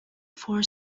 for